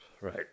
right